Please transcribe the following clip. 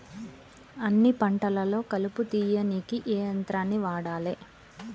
అన్ని పంటలలో కలుపు తీయనీకి ఏ యంత్రాన్ని వాడాలే?